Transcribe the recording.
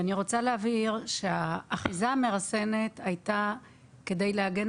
אני רוצה להבהיר שהאחיזה המרסנת הייתה כדי להגן